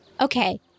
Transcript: Okay